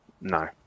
no